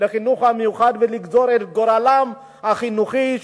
לחינוך המיוחד ולגזור את גורלם החינוכי,